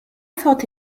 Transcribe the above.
thought